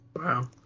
Wow